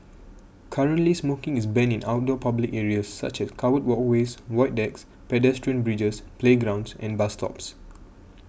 currently smoking is banned in outdoor public areas such as covered walkways void decks pedestrian bridges playgrounds and bus stops